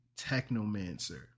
Technomancer